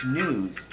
news